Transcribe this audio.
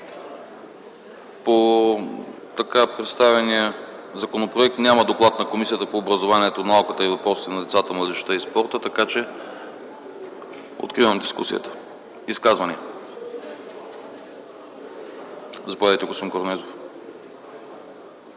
По така представения законопроект няма доклад на Комисията по образованието, науката и въпросите на децата, младежта и спорта. Откривам дискусията. Има ли изказвания? Заповядайте, господин Корнезов.